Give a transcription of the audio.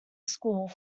school